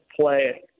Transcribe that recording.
play